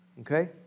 okay